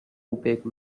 opaque